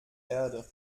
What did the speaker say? erde